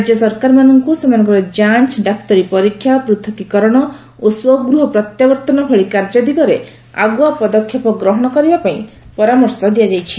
ରାଜ୍ୟ ସରକାରମାନଙ୍କୁ ସେମାନଙ୍କର ଯାଞ୍ଚ ଡାକ୍ତରୀ ପରୀକ୍ଷା ପୃଥକୀକରଣ ଓ ସ୍ୱଗୃହ ପ୍ରତ୍ୟାବର୍ଭନ ଭଳି କାର୍ଯ୍ୟ ଦିଗରେ ଆଗୁଆ ପଦକ୍ଷେପ ଗ୍ରହଣ କରିବା ପାଇଁ ପରାମର୍ଶ ଦିଆଯାଇଛି